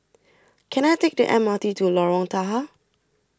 Can I Take The M R T to Lorong Tahar